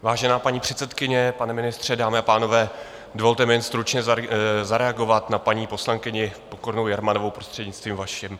Vážená paní předsedkyně, pane ministře, dámy a pánové, dovolte mi jen stručně zareagovat na paní poslankyni Pokornou Jermanovou prostřednictvím vaším.